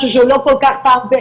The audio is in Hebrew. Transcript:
משהו שהוא לא כל כך פרווה.